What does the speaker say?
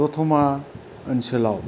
दतमा ओनसोलाव